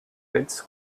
pits